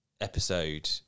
episode